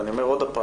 אני אומר שוב,